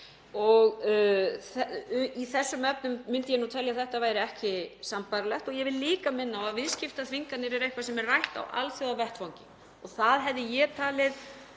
og í þessum efnum myndi ég telja að þetta væri ekki sambærilegt. Ég vil líka minna á að viðskiptaþvinganir eru eitthvað sem er rætt á alþjóðavettvangi. (Forseti